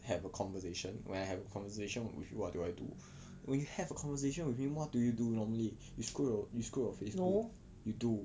have a conversation when I have conversation with you what do I do when you have a conversation with me what do you do normally you scroll your you scroll your Faceboook you do